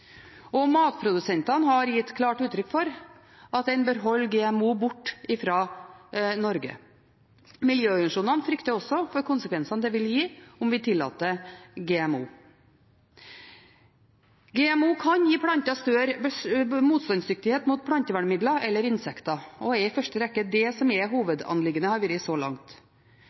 og matprodusentene har gitt klart uttrykk for at en bør holde GMO borte fra Norge. Miljøorganisasjonene frykter også for konsekvensene det vil gi, om vi tillater GMO. GMO kan gi planter større motstandsdyktighet mot plantevernmidler eller insekter, og det er i første rekke det som